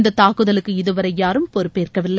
இந்த தாக்குதலுக்கு இதுவரை யாரும் பொறுப்பேற்கவில்லை